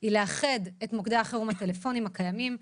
היא לאחד את מוקדי החירום הטלפוניים הקיימים,